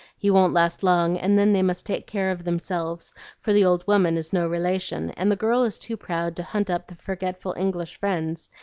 he won't last long, and then they must take care of themselves for the old woman is no relation, and the girl is too proud to hunt up the forgetful english friends,